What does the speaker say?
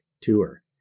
tour